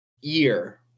year